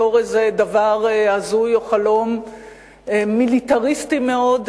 בתור איזה דבר הזוי או חלום מיליטריסטי מאוד,